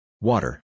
Water